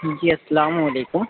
جی السّلام علیکم